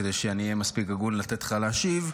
כדי שאהיה מספיק הגון לתת לך להשיב,